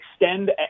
extend